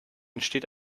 entsteht